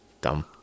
Dumb